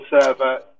server